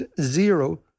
zero